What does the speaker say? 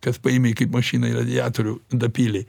kad paėmei kaip mašinai radiatorių dapylei